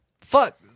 fuck